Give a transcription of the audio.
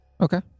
Okay